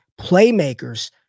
playmakers